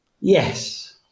Yes